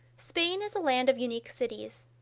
spain is a land of unique cities.